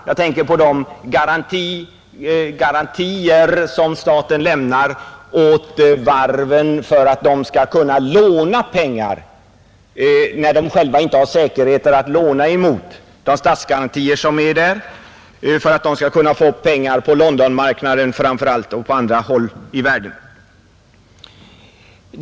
Jag tänker bl.a. på de garantier som staten lämnar åt varven för att de skall kunna låna pengar när de själva inte har säkerheter att låna emot. Det är statsgarantier som lämnas för att varven skall kunna låna upp pengar på Londonmarknaden eller på andra håll i världen.